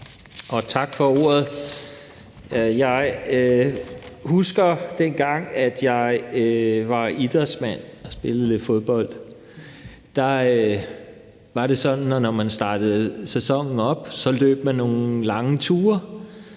for ordet. Jeg husker dengang, jeg var idrætsmand og spillede lidt fodbold. Der var det sådan, at når man startede sæsonen op, løb man nogle lange ture.